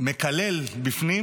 מקלל בפנים